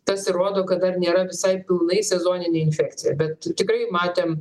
tas ir rodo kad dar nėra visai pilnai sezonine infekcija bet tikrai matėm